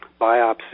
biopsy